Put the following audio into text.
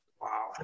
Wow